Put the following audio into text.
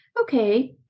okay